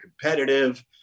competitive